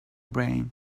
brain